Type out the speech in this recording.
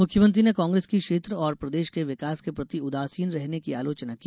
मुख्यमंत्री ने कांग्रेस को क्षेत्र और प्रदेश के विकास के प्रति उदासीन रहने की आलोचना की